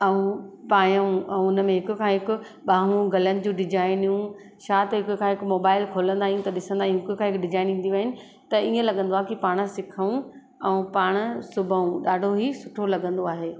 ऐं पायूं ऐं हुन में हिकु खां हिकु ॿांहूं गलनि जूं डिजाइनियूं छा त हिकु खां हिकु मोबाइल खोलंदा आहियूं त ॾिसंदा आहियूं हिकु खां हिकु डिजाइन ईंदियूं आहिनि त ईअं लॻंदो आहे की पाण सिखूं ऐं पाण सिबूं ॾाढो ई सुठो लॻंदो आहे